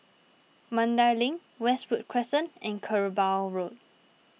Mandai Link Westwood Crescent and Kerbau Road